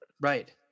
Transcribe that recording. Right